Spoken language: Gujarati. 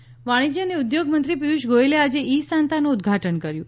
ગોયલ ઇશાંતા વાણિશ્ય અને ઉદ્યોગમંત્રી પિયુષ ગોયલે આજે ઇ સાન્તાનું ઉદઘાટન કર્યું છે